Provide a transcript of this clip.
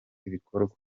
ibikorwa